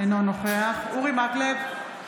אינו נוכח אורי מקלב,